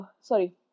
sorry